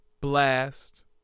Blast